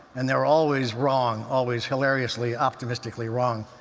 and they're always wrong, always hilariously, optimistically wrong.